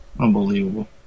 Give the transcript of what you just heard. Unbelievable